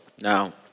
Now